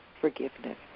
forgiveness